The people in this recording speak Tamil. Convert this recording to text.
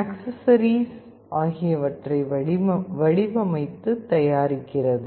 ஆக்சசரீஸ் ஆகியவற்றை வடிவமைத்து தயாரிக்கிறது